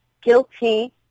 guilty